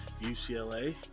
UCLA